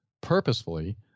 purposefully